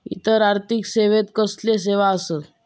इतर आर्थिक सेवेत कसले सेवा आसत?